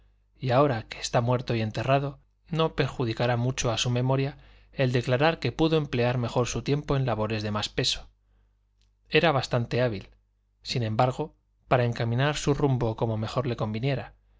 y ahora que está muerto y enterrado no perjudicará mucho a su memoria el declarar que pudo emplear mejor su tiempo en labores de más peso era bastante hábil sin embargo para encaminar su rumbo como mejor le conviniera